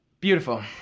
beautiful